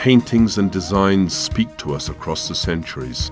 paintings and designs speak to us across the centuries